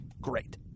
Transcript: Great